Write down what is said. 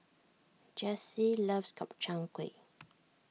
Jessye loves Gobchang Gui